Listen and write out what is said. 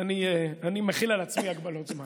אני מחיל על עצמי הגבלות זמן.